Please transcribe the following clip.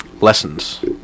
lessons